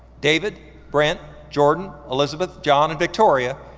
david, brent, jordan, elizabeth, john, and victoria,